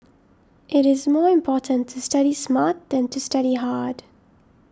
it is more important to study smart than to study hard